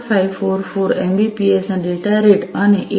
544 Mbps ના data rate અને 8